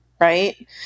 right